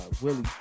Willie